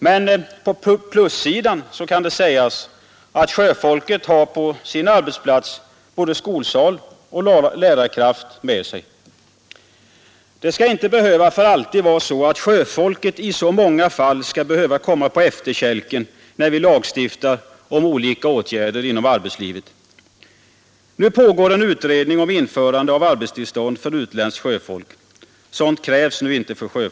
Men på plussidan kan det sägas att sjöfolket på sin arbetsplats har både skolsal och lärarkraft med sig. Det skall inte för alltid behöva vara så, att sjöfolket i så många fall skall komma på efterkälken när vi lagstiftar om olika åtgärder inom arbetslivet. Nu pågår en utredning om införande av arbetstillstånd för utländskt sjöfolk — sådant krävs inte nu.